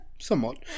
somewhat